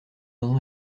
dans